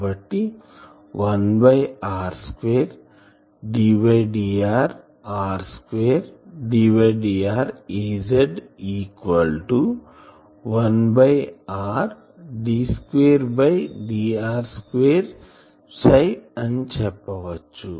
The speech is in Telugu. కాబట్టి 1r2 ddrr2ddrAz 1r d2dr2ψ అని చెప్పచ్చు